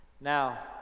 Now